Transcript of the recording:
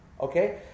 Okay